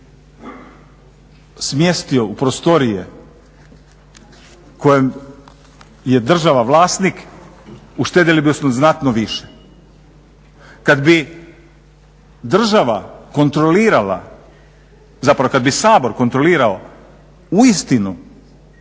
HAKOM smjestio u prostorije kojima je država vlasnik uštedjeli bi znatno više. Kada bi država kontrolirala zapravo kada bi Sabor kontrolirao uistinu